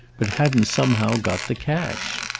but hadn't somehow got the cash.